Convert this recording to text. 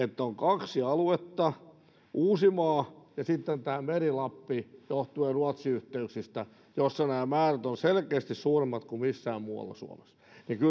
että kaksi on aluetta uusimaa ja sitten tämä meri lappi johtuen ruotsi yhteyksistä joissa nämä määrät ovat selkeästi suuremmat kuin missään muualla suomessa